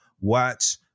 Watch